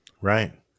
Right